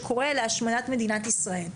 שקורא להשמדת מדינת ישראל.